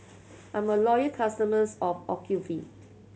I'm a loyal customers of Ocuvite